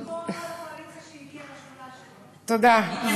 מכל הקואליציה שהגיעה, תודה.